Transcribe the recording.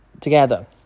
together